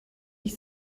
ich